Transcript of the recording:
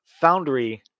foundry